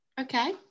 Okay